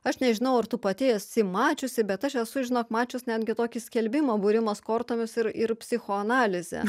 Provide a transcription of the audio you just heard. aš nežinau ar tu pati esi mačiusi bet aš esu žinok mačius netgi tokį skelbimą būrimas kortomis ir ir psichoanalizė